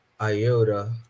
IOTA